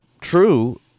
true